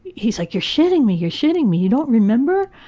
he is like, you're shitting me! you're shitting me! you don't remember!